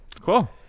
cool